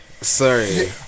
sorry